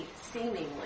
seemingly